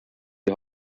die